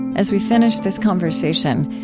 as we finished this conversation,